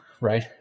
right